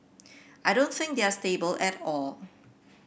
I don't think they are stable at all